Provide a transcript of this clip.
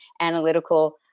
analytical